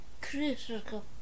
Critical